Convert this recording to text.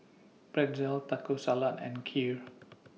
Pretzel Taco Salad and Kheer